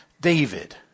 David